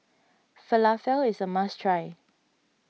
Falafel is a must try